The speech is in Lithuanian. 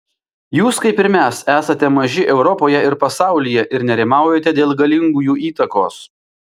jūs kaip ir mes esate maži europoje ir pasaulyje ir nerimaujate dėl galingųjų įtakos